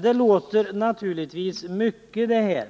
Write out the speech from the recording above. Detta låter naturligtvis mycket,